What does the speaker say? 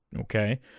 Okay